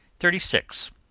thirty six.